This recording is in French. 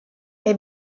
est